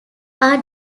are